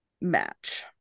Match